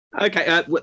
Okay